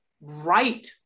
right